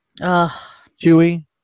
Chewie